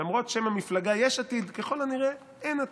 למרות שם המפלגה, יש עתיד, ככל הנראה אין עתיד.